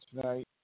tonight